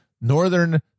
Northern